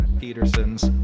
Peterson's